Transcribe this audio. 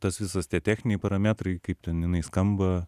tas visas tie techniniai parametrai kaip ten jinai skamba